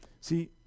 See